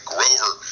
Grover